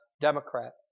Democrat